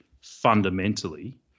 fundamentally